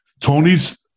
Tony's